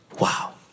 Wow